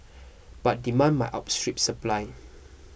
but demand might outstrip supply